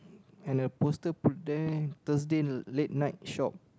and a poster put there Thursday late night shop